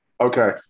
Okay